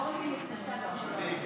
אורלי נכנסה, אני,